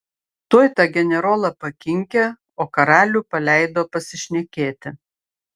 tuoj tą generolą pakinkė o karalių paleido pasišnekėti